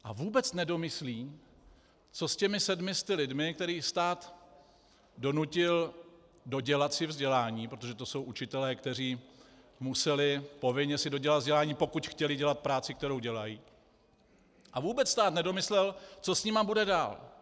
A vůbec nedomyslí, co s těmi sedmi sty lidmi, které stát donutil dodělat si vzdělání, protože to jsou učitelé, kteří si museli povinně dodělat vzdělání, pokud chtěli dělat práci, kterou dělají, a vůbec stát nedomyslel, co s nimi bude dál.